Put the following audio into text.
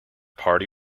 party